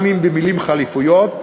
גם אם במילים חלופיות,